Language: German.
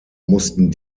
mussten